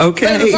Okay